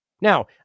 Now